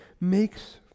makes